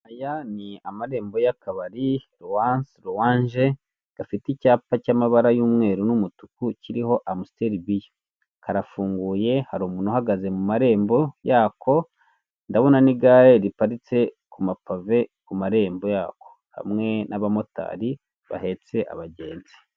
Aya ni amarembo y'akabiri rowase rowanje gafite icyapa cy'umweru cy'amabara y'umweru kiriho amositeri biya karafunguye hari umuntu uhagaze ku marembo yako, ndabona n'igare riparitse ku mapave ku marembo yako, hamwe n'abamotari bahetse abagenzi.